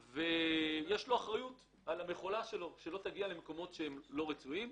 יש לו אחריות על המכולה שלא תגיע למקומות שהם לא רצויים.